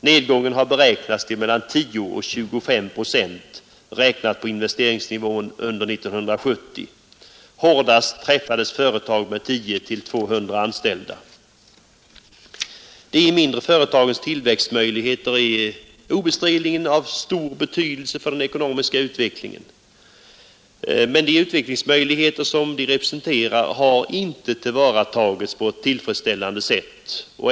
Nedgången har beräknats till 10—25 procent, räknat på investeringsnivån under 1970. Hårdast träffades företag med 10—200 anställda. De mindre företagens tillväxtmöjligheter är obestridligen av stor betydelse för den ekonomiska utvecklingen. Men de utvecklingsmöjligheter som de representerar har inte tillvaratagits på tillfredsställande sätt.